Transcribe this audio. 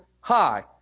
High